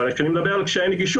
כשאני מדבר על קשיי נגישות